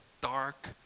dark